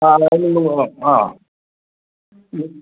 ആ ലെവൽ ഇന്നും കുറവാ ആ